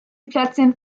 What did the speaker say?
plätzchen